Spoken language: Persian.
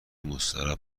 مستراح